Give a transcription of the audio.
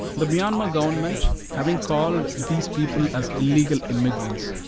the myanmar government having called these people as illegal immigrants,